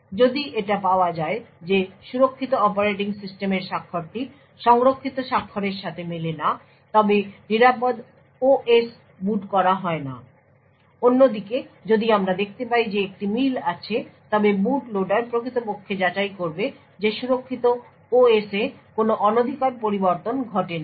যদি এটি পাওয়া যায় যে সুরক্ষিত অপারেটিং সিস্টেমের স্বাক্ষরটি সংরক্ষিত স্বাক্ষরের সাথে মেলে না তবে নিরাপদ OS বুট করা হয় না অন্যদিকে যদি আমরা দেখতে পাই যে একটি মিল আছে তবে বুট লোডার প্রকৃতপক্ষে যাচাই করবে যে সুরক্ষিত OS এ কোনও অনধিকার পরিবর্তন ঘটেনি